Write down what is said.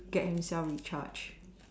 get himself recharged